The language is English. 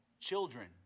children